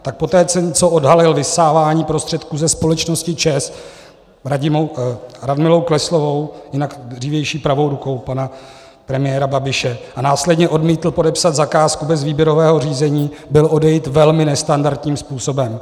Tak poté, co odhalil vysávání prostředků ze společnosti ČEZ Radmilou Kleslovou, jinak dřívější pravou rukou pana premiéra Babiše, a následně odmítl podepsat zakázku bez výběrového řízení, byl odejit velmi nestandardním způsobem.